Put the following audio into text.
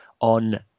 on